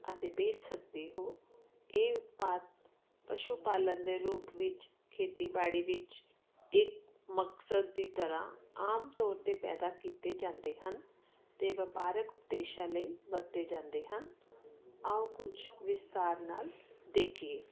ਅਤੇ ਬੇਚ ਸਕਦੇ ਹੋ ਇਹ ਉਤਪਾਦ ਪਸ਼ੂ ਪਾਲਣ ਦੇ ਰੂਪ ਵਿੱਚ ਖੇਤੀਬਾੜੀ ਵਿੱਚ ਇਕ ਮਕਸਦ ਦੀ ਤਰ੍ਹਾਂ ਆਮ ਤੌਰ ਤੇ ਪੈਦਾ ਕੀਤੇ ਜਾਂਦੇ ਹਨ ਤੇ ਵਪਾਰਕ ਉਪਦੇਸ਼ਾਂ ਲਈ ਵਰਤੇ ਜਾਂਦੇ ਹਨ ਆਓ ਕੁਝ ਵਿਸਤਾਰ ਨਾਲ ਦੇਖੀਏ